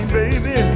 baby